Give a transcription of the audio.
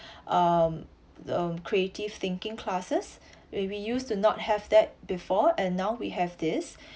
um um creative thinking classes where we used to not have that before and now we have this